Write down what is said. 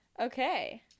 okay